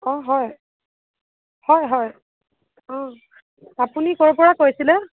অঁ হয় হয় হয় অঁ আপুনি ক'ৰ পৰা কৈছিলে